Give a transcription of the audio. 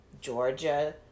Georgia